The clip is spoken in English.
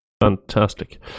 Fantastic